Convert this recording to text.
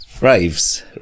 raves